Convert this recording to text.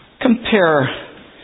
Compare